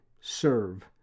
Serve